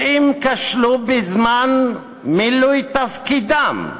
כך שאם כשלו בזמן מילוי תפקידם,